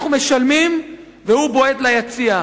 אנחנו משלמים והוא בועט ליציע.